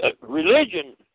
religion